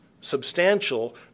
substantial